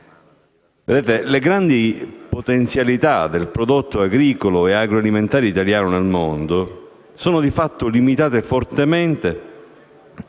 Le grandi potenzialità del prodotto agricolo e agroalimentare italiano nel mondo sono di fatto limitate fortemente